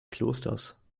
klosters